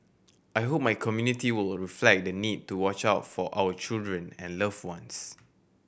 I hope my community will reflect the need to watch out for our children and loved ones